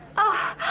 oh,